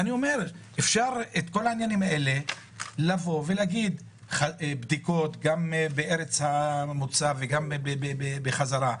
אפשר לבוא ולהגיד שיש לבצע בדיקות גם בארץ המוצא וגם בחזרה,